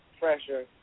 pressure